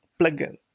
plugin